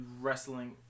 wrestling